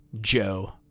Joe